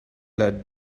had